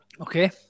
Okay